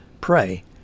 Pray